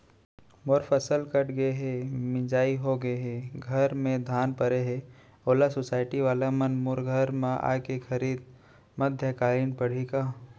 मोर फसल कट गे हे, मिंजाई हो गे हे, घर में धान परे हे, ओला सुसायटी वाला मन मोर घर म आके खरीद मध्यकालीन पड़ही का?